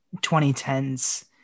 2010's